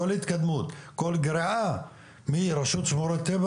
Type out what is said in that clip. כל התקדמות וכל גריעה מרשות שמורות טבע,